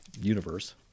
universe